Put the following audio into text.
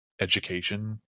education